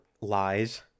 lies